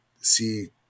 see